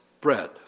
bread